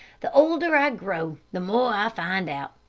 the older i grow, the more i find out,